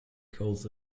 calls